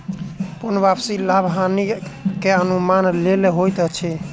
पूर्ण वापसी लाभ हानि के अनुमानक लेल होइत अछि